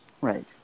Right